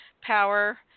power